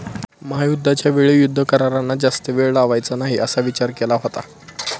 महायुद्धाच्या वेळी युद्ध करारांना जास्त वेळ लावायचा नाही असा विचार केला होता